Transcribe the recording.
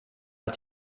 att